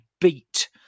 beat